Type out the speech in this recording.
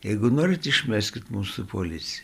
jeigu norit išmeskit mus su polic